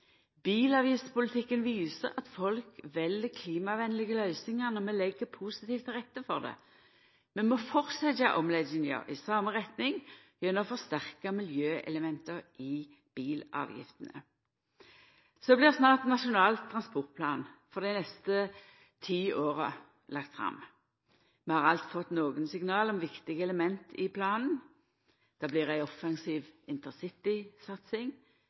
Bilavgiftspolitikken viser at folk vel klimavennlege løysingar når vi legg positivt til rette for det. Vi må halda fram med omlegginga i same retning gjennom å forsterka miljøelementa i bilavgiftene. Så blir snart Nasjonal transportplan for dei neste ti åra lagd fram. Vi har alt fått nokre signal om viktige element i planen. Det blir ei offensiv